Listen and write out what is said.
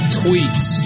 tweets